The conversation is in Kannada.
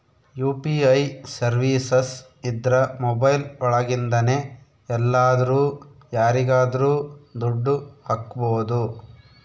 ಯು.ಪಿ.ಐ ಸರ್ವೀಸಸ್ ಇದ್ರ ಮೊಬೈಲ್ ಒಳಗಿಂದನೆ ಎಲ್ಲಾದ್ರೂ ಯಾರಿಗಾದ್ರೂ ದುಡ್ಡು ಹಕ್ಬೋದು